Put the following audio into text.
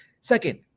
Second